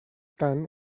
tant